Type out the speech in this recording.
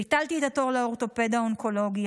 ביטלתי את התור לאורתופד האונקולוגי.